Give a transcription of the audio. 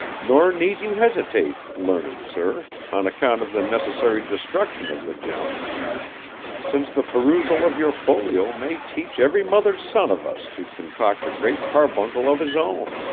nor need you hesitate, learned sir, on account of the necessary destruction of the gem since the perusal of your folio may teach every mother's son of us to concoct a great carbuncle of his own